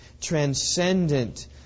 transcendent